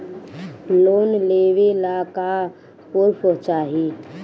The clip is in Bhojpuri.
लोन लेवे ला का पुर्फ चाही?